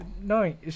No